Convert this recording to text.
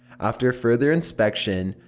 after further inspection,